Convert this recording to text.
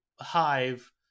hive